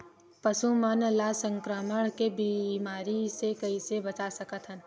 पशु मन ला संक्रमण के बीमारी से कइसे बचा सकथन?